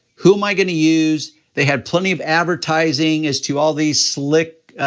who am i gonna use? they had plenty of advertising as to all these slick,